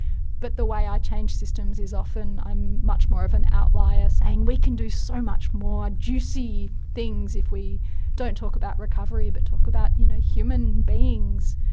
but the way i change systems is often i'm much more of an outlier, saying we can do so much more juicy things if we don't talk about recovery but talk about you know human beings,